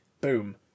boom